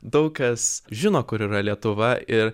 daug kas žino kur yra lietuva ir